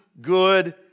good